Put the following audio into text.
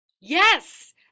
Yes